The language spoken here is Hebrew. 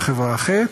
עם חברה אחרת,